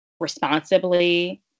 responsibly